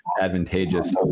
advantageous